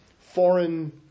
foreign